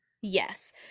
Yes